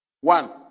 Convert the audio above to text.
One